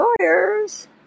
lawyers